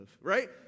right